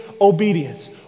obedience